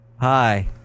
Hi